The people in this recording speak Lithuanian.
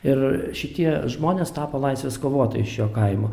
ir šitie žmonės tapo laisvės kovotojai šio kaimo